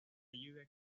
lluvia